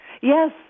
Yes